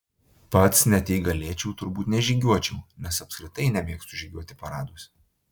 pats net jei galėčiau turbūt nežygiuočiau nes apskritai nemėgstu žygiuoti paraduose